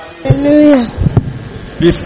Hallelujah